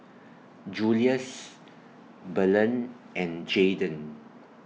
Julious Belen and Jadon